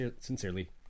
Sincerely